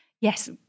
yes